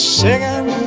singing